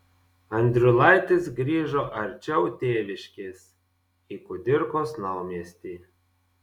andriulaitis grįžo arčiau tėviškės į kudirkos naumiestį